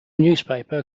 newspaper